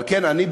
על כן אני באמת,